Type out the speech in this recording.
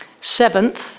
Seventh